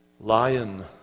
lion